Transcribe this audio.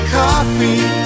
coffee